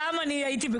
שם אני הייתי.